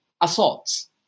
assaults